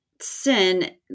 sin